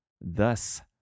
Thus